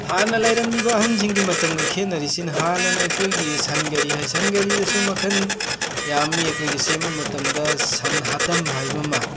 ꯍꯥꯟꯅ ꯂꯩꯔꯝꯂꯤꯕ ꯑꯍꯟꯁꯤꯡꯒꯤ ꯃꯇꯝꯒ ꯈꯦꯟꯅꯔꯤꯁꯤꯅ ꯍꯥꯟꯅꯅ ꯑꯩꯈꯣꯏꯒꯤ ꯁꯟ ꯒꯔꯤ ꯁꯟ ꯒꯔꯤꯗꯁꯨ ꯃꯈꯟ ꯌꯥꯝꯃꯤ ꯑꯩꯈꯣꯏꯒꯤ ꯁꯦꯝꯕ ꯃꯇꯝꯗ ꯁꯟ ꯍꯥꯠꯇꯝ ꯍꯥꯏꯕ ꯑꯃ